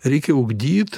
reikia ugdyt